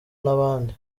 n’abandi